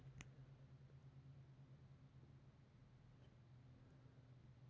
cryptocurrency encrypt ಮಾಡಿದ್ data string ಆಗಿರ್ತದ ಇದು ಕರೆನ್ಸಿದ್ ಘಟಕವನ್ನು ಸೂಚಿಸುತ್ತದೆ